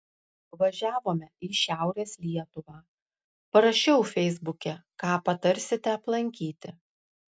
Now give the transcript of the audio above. važiavome į šiaurės lietuvą parašiau feisbuke ką patarsite aplankyti